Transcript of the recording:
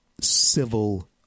civil